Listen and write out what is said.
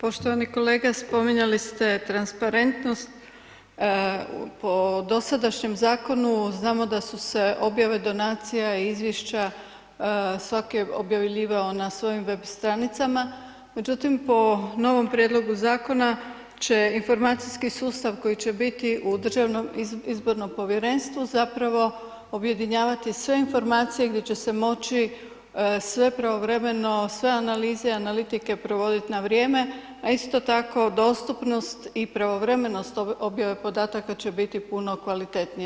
Poštovani kolega, spominjali ste transparentnost, po dosadašnjem zakonu znamo da su se objave donacija i izvješća svak je objavljivao na svojim web stranicama, međutim po novom prijedlogu zakona će informacijski sustav koji će biti u Državnom izbornom povjerenstvu zapravo objedinjavati sve informacije gdje će se moći sve pravovremeno, sve analize i analitike provodit na vrijeme, a isto tako dostupnosti i pravovremenost objave podataka će biti puno kvalitetnije.